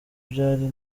byari